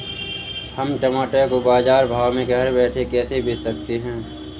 हम टमाटर को बाजार भाव में घर बैठे कैसे बेच सकते हैं?